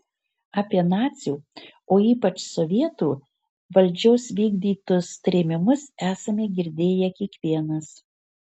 apie nacių o ypač sovietų valdžios vykdytus trėmimus esame girdėję kiekvienas